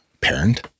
parent